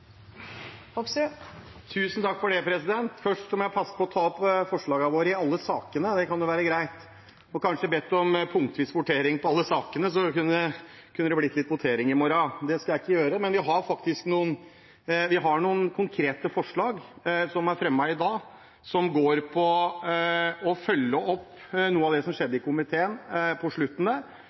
Først må jeg passe på å ta opp forslagene våre i alle sakene, det kan jo være greit. Jeg skulle kanskje ha bedt om punktvis votering i alle sakene, så kunne det blitt litt votering i morgen, men det skal jeg ikke gjøre. Men vi har noen konkrete forslag som er fremmet i dag, og som går på å følge opp noe av det som skjedde i komiteen på slutten, for det hjelper ikke med merknader, det må faktisk forslag til for å bygge. Det